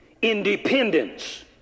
Independence